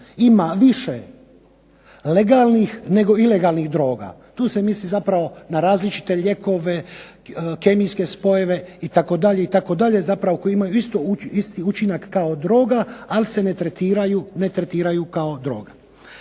ima više legalnih nego ilegalnih droga. Tu se misli zapravo na različite lijekove, kemijske spojeve itd., itd. Zapravo koji imaju isti učinak kao droga, ali se ne tretiraju kao droga.